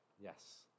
Yes